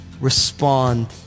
respond